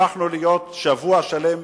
הפכנו להיות שבוע שלם